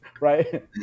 Right